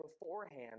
beforehand